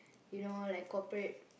you know like cooperate